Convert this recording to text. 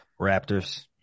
Raptors